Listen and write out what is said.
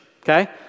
okay